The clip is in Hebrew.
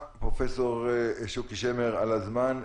פרופסור שוקי שמר, תודה על הזמן.